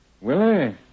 Willie